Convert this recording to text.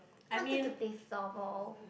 wanted to play floorball